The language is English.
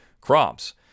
crops